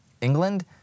England